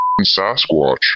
Sasquatch